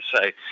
say